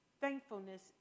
thankfulness